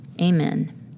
Amen